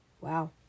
wow